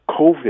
COVID